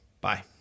Bye